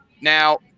Now